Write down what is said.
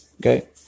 Okay